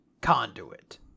conduit